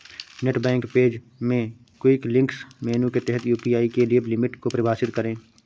net bank page में quick links menu के तहत यू.पी.आई के लिए लिमिट को परिभाषित करें